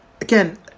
again